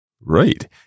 Right